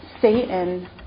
Satan